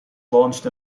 launched